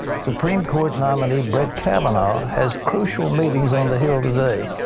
supreme court nominee brett kavanaugh has crucial meetings on the hill today.